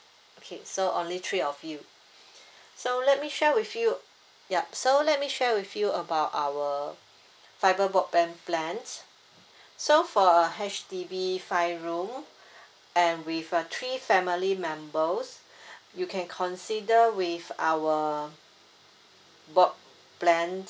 okay so only three of you so let me share with you yup so let me share with you about our fibre broadband plans so for H_D_B five room and with uh three family members you can consider with our broad plan